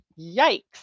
Yikes